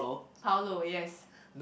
Paulo yes